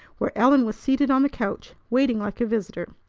where ellen was seated on the couch, waiting like a visitor.